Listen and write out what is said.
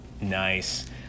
Nice